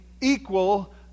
equal